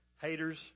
Haters